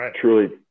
truly